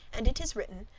and it is written,